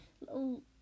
little